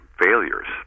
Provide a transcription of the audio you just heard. failures